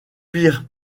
per